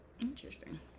Interesting